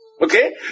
Okay